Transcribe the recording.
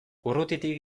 urrutitik